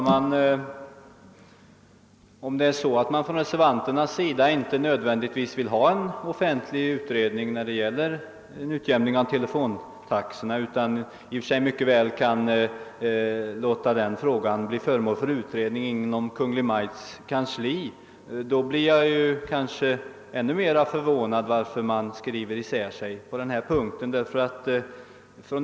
Herr talman! Om reservanterna inte nödvändigtvis vill ha till stånd en offentlig utredning om en utjämning av telefontaxorna utan kan låta frågan utredas inom Kungl. Maj:ts kansli, så är jag ännu mer förvånad över att man skrivit isär sig på den punkten.